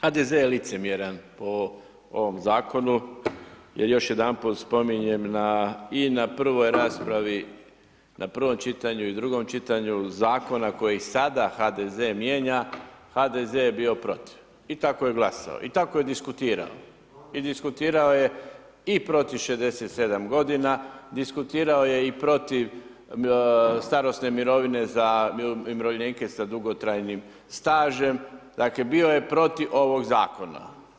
HDZ je licemjeran po ovom zakonu jer još jedanput spominjem i na prvoj raspravi, na prvom čitanju i drugom čitanju zakonu kojeg sada HDZ mijenja, HDZ je bio protiv i tako je glasao i tako je diskutirao i diskutirao je i protiv 67 godina, diskutirao je i protiv starosne mirovine za umirovljenike sa dugotrajnim stažem, dakle bio je protiv ovog zakona.